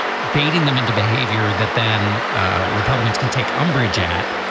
baiting them into behavior that then ah republicans can take umbrage at,